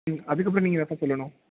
ம் அதுக்கப்புறம் நீங்கள் தான் சார் சொல்லணும்